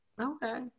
okay